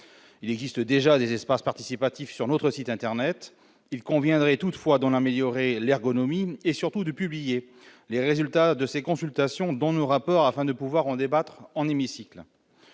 il existe déjà des espaces participatifs sur notre site internet, il conviendrait toutefois dans l'améliorer l'ergonomie et surtout de publier les résultats de ces consultations dans nos rapports afin de pouvoir en débattre en hémicycle.